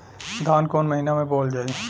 धान कवन महिना में बोवल जाई?